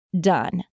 done